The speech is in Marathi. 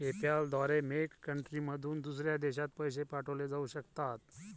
पेपॅल द्वारे मेक कंट्रीमधून दुसऱ्या देशात पैसे पाठवले जाऊ शकतात